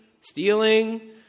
stealing